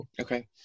okay